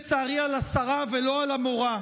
לצערי, על השרה ולא על המורה,